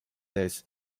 ees